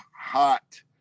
hot